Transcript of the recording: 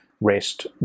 rest